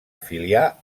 afiliar